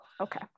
okay